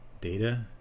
Data